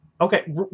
okay